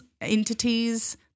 entities